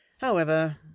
However